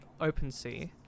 OpenSea